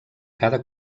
cada